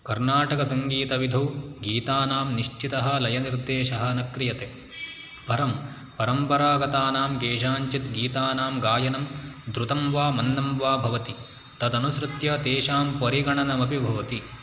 कर्णाटकसङ्गीतविधौ गीतानां निश्चितः लयनिर्देशः न क्रियते परं परम्परागतानां केषाञ्चित् गीतानां गायनं द्रुतं वा मन्दं वा भवति तदनुसृत्य तेषां परिगणनमपि भवति